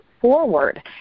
forward